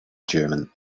german